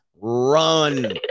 run